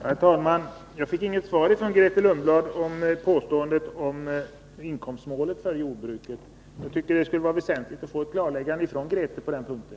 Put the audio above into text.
Herr talman! Jag fick inget svar från Grethe Lundblad på påståendet om inkomstmålet för jordbruket. Jag tycker det vore väsentligt att få ett klarläggande från Grethe Lundblad på den punkten.